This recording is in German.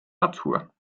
natur